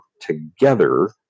together